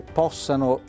possano